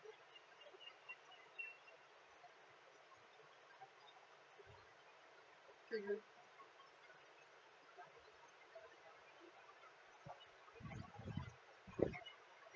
mmhmm